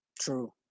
True